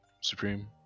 Supreme